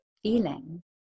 feeling